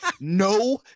no